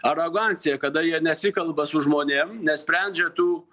arogancija kada jie nesikalba su žmonėm nesprendžia tų